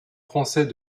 français